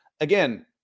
again